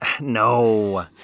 No